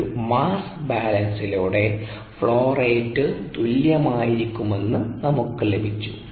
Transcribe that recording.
ഒരു മാസ് ബാലൻസിലൂടെ flow rate തുല്യമായിരിക്കുമെന്ന് നമ്മൾക്ക് ലഭിച്ചു